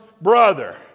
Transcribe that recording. brother